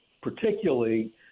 particularly